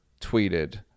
tweeted